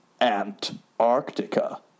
Antarctica